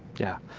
yeah.